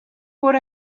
could